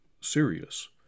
serious